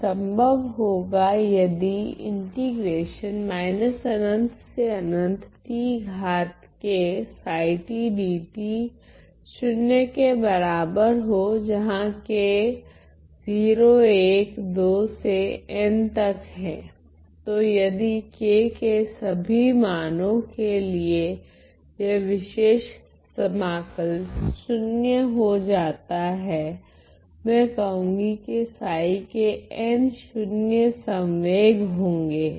यह संभव होगा यदि तो यदि k के सभी मानो के लिए यह विशेष समाकल शून्य हो जाता है मैं कहूँगी कि के n शून्य संवेग होगे